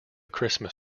christmas